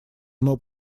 оно